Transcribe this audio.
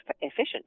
efficient